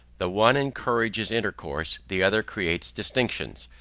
the one encourages intercourse, the other creates distinctions.